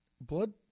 Blood